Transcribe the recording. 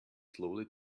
slowly